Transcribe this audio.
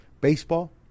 baseball